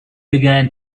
began